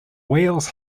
wales